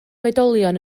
oedolion